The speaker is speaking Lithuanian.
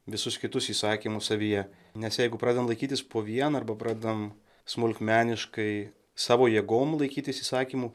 visus kitus įsakymus savyje nes jeigu pradedam laikytis po vieną arba pradedam smulkmeniškai savo jėgom laikytis įsakymų